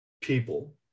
people